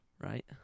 right